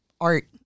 art